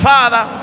Father